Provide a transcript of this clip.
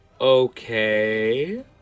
Okay